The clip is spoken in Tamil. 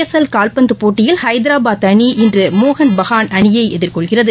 எஸ் எல் கால்பந்தப் போட்டியில் ஹைதராபாத் அணி இன்று மோகன் பஹான் அணியைஎதிர்கொள்கிறது